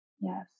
Yes